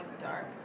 dark